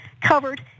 covered